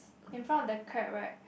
in front of the crab right